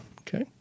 Okay